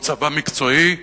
שהוא צבא מקצועי,